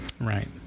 Right